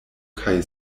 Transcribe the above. kaj